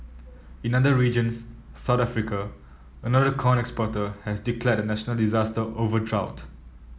in other regions South Africa another corn exporter has declared a national disaster over drought